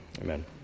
Amen